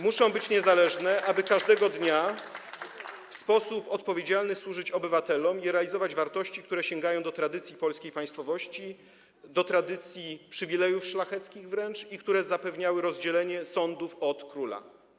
Muszą być niezależne, aby każdego dnia w sposób odpowiedzialny służyć obywatelom i realizować wartości, które sięgają do tradycji polskiej państwowości, wręcz do tradycji przywilejów szlacheckich, i które zapewniały oddzielenie sądów od króla.